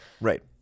right